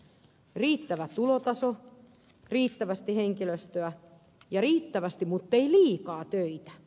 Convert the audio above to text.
riittävä tulotaso riittävästi henkilöstöä ja riittävästi muttei liikaa töitä